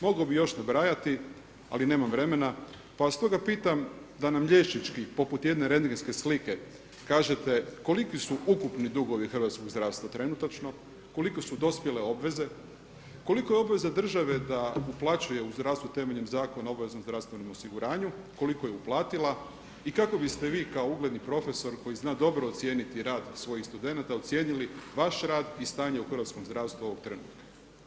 Mogao bih još nabrajati, ali nemam vremena pa vas stoga pitam da nam liječnički poput jedne rendgenske slike kažete koliki su ukupni dugovi hrvatskog zdravstva trenutačno, koliko su dospjele obveze, kolika je obveza države da uplaćuje u zdravstvu temeljem Zakona o obaveznom zdravstvenom osiguranju, koliko je uplatila i kako biste vi kao ugledni profesor koji zna dobro ocijeniti rad svojih studenata ocijenili vaš rad i stanje u hrvatskom zdravstvu ovog trenutka.